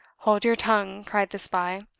hold your tongue, cried the spy,